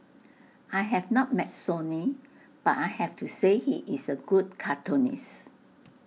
I have not met Sonny but I have to say he is A good cartoonist